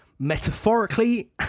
metaphorically